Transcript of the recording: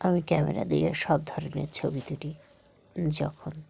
আমি ক্যামেরা দিয়ে সব ধরনের ছবি তুলি যখন